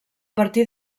partir